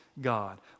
God